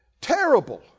terrible